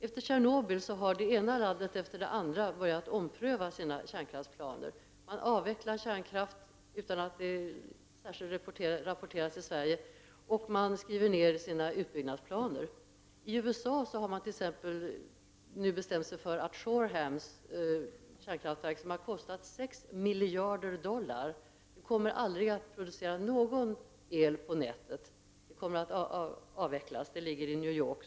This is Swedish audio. Efter kärnkraftsolyckan i Tjernobyl har det ena landet efter det andra börjat ompröva sina kärnkraftsplaner. Vi avvecklar kärnkraften utan att det rapporteras i Sverige, och de skriver ner sina utbyggnadsplaner. I USA har man bestämt att t.ex. Shorehams kärnkraftverk som ligger i New York och som har kostat 6 miljarder dollar aldrig kommer att producera någon el på nätet. Det kommer att avvecklas.